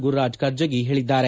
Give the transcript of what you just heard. ಗುರುರಾಜ ಕರ್ಜಗಿ ಹೇಳಿದ್ದಾರೆ